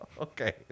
Okay